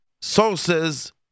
sources